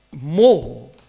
more